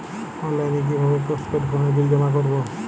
অনলাইনে কি ভাবে পোস্টপেড ফোনের বিল জমা করব?